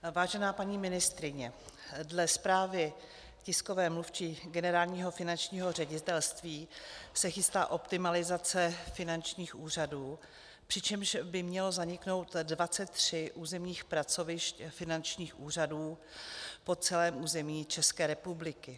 Vážená paní ministryně, dle zprávy tiskové mluvčí Generálního finančního ředitelství se chystá optimalizace finančních úřadů, přičemž by mělo zaniknout 23 územních pracovišť finančních úřadů po celém území České republiky.